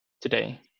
today